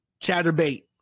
Chatterbait